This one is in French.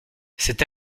cette